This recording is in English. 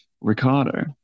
ricardo